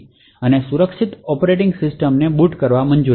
અને તે સુરક્ષિત ઓપરેટીંગ સિસ્ટમ ને બૂટ કરવાની મંજૂરી આપી શકે છે